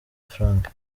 frank